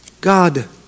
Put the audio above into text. God